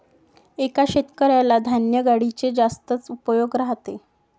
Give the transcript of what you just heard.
एका शेतकऱ्याला धान्य गाडीचे जास्तच उपयोग राहते